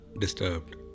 disturbed